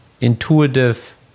intuitive